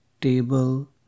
table